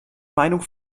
meinung